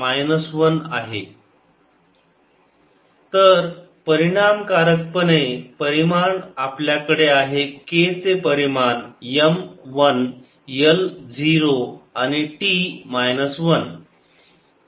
k mgvT MLT 2LT 1 k M1L0T 1 तर परिणामकारकपणे परिमाण आपल्याकडे आहे k चे परिमाण M 1 L 0 आणि T 1